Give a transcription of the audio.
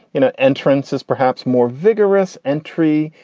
you know, entrance is perhaps more vigorous entry.